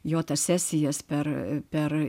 jo tas sesijas per per